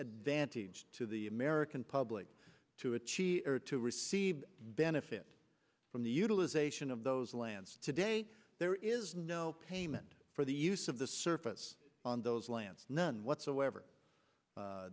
advantage to the american public to achieve or to receive benefit from the utilization of those lands today there is no payment for the use of the surface on those lands none whatsoever